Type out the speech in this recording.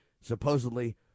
supposedly